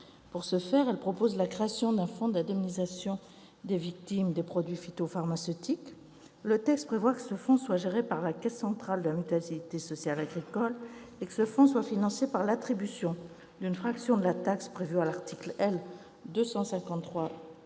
Pour ce faire, ses auteurs proposent la création d'un fonds d'indemnisation des victimes des produits phytopharmaceutiques. Le texte prévoit que ce fonds soit géré par la caisse centrale de la mutualité sociale agricole et financé par l'attribution d'une fraction de la taxe prévue à l'article L.